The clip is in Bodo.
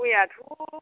गयआथ'